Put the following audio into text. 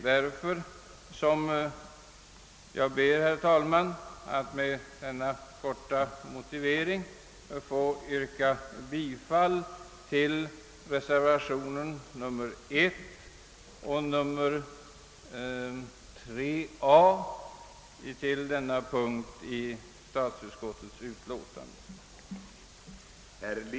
Därför, herr talman, ber jag att med denna korta motivering få yrka bifall till reservationerna D1 och D3a vid denna punkt i statsutskottets utlåtande.